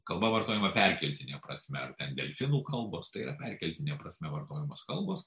kalba vartojama perkeltine prasme ar ten delfinų kalbos tai yra perkeltine prasme vartojamos kalbos